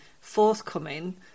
forthcoming